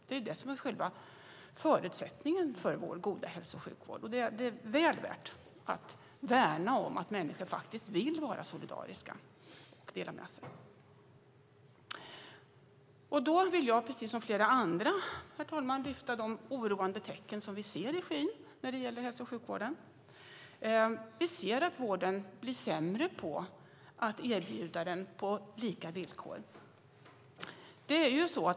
Det är ju själva förutsättningen för vår goda hälso och sjukvård. Det är väl värt att värna om att människor faktiskt vill vara solidariska och dela med sig. Jag vill precis som flera andra, herr talman, lyfta fram de oroande tecken som vi ser i skyn när det gäller hälso och sjukvården. Vi ser att vården blir sämre på att erbjuda vård på lika villkor.